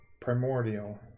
Primordial